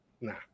Nah